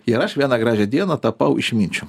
ir aš vieną gražią dieną tapau išminčium